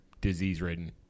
disease-ridden